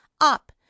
up